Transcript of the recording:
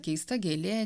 keista gėlė